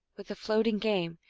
with the floating game,